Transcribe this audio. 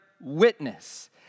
witness